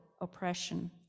oppression